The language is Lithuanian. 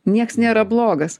nieks nėra blogas